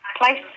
place